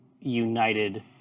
united